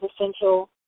essential